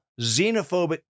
xenophobic